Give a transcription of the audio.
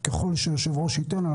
כל הזמן, ככל שהיושב-ראש ייתן.